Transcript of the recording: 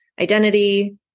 identity